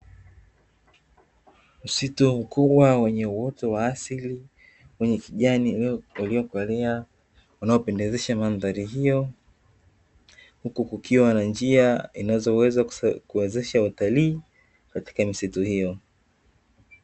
Msitu mkubwa wenye uoto wa asili wenye kijani iliyokolea unaopendezesha mandhari hiyo, huku kukiwa na njia inayoweza kuwezesha watalii katika misitu hiyo.